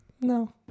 No